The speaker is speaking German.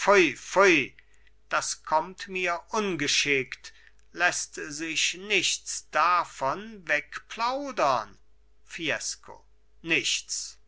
das kommt mir ungeschickt läßt sich nichts davon wegplaudern fiesco nichts